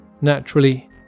Naturally